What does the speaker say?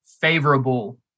favorable